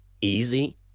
easy